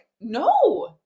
no